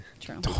true